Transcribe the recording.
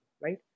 right